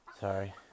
sorry